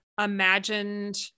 imagined